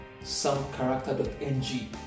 somecharacter.ng